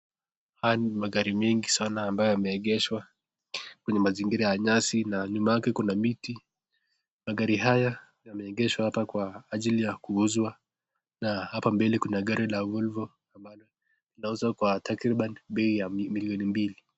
Haya ni magari mengi sana ambayo yameegeshwa kwenye mazingira ya nyasi na nyuma yake kuna miti. Magari haya yameegeshwa hapa kwa ajili ya kuuzwa na hapa mbele kuna gari la Volvo ambalo linauzwa kwa takriban bei ya milioni mbili.